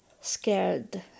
scared